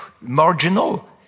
marginal